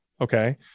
Okay